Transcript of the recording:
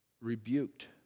rebuked